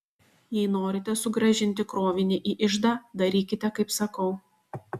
jei norite sugrąžinti krovinį į iždą darykite kaip sakau